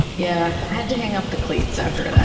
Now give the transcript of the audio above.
yeah. had to hang up the cleats after